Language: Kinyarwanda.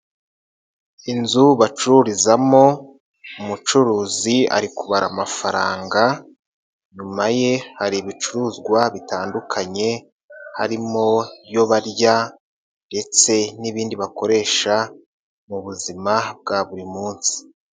Inzu bacururizamo umucuruzi ari kubara amafaranga, inyuma ye hari ibicuruzwa bitandukanye harimo iyo barya ndetse n'ibindi bakoresha mu buzima bwa buri munsi.